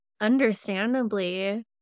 understandably